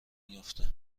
میافته